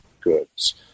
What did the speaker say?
goods